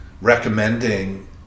recommending